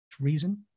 reason